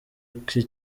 iki